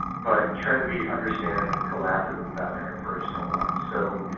but try to be understanding and collaborative about an impersonal one. so